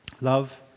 love